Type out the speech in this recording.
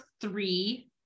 three